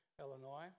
Illinois